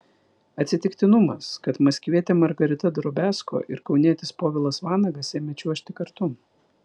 atsitiktinumas kad maskvietė margarita drobiazko ir kaunietis povilas vanagas ėmė čiuožti kartu